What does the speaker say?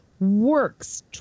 works